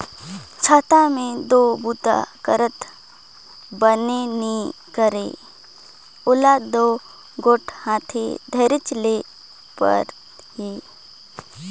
छाता मे दो बूता करत बनबे नी करे ओला दो एगोट हाथे धरेच ले परही